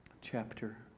chapter